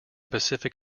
pacific